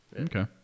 Okay